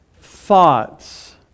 thoughts